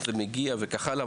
איך זה מגיע וכך הלאה,